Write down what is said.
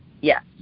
yes